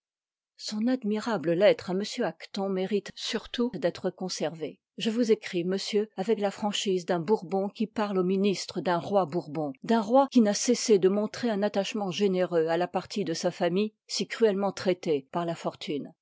son admirable lettre à m acton mérite surtout d'être conservée je vous écris monsieur avec la franchise d'un boury bon qui parle au ministre d'un roibourbon d'un roi qui n'a cessé de montrer un attachement généreux à la partie de sa famille si cruellement traitée par la fortune